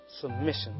submission